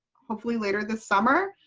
hopefully later this summer.